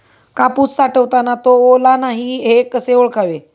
कापूस साठवताना तो ओला नाही हे कसे ओळखावे?